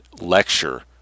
lecture